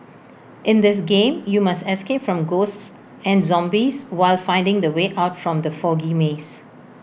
in this game you must escape from ghosts and zombies while finding the way out from the foggy maze